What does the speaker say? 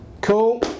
cool